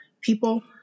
people